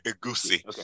Goosey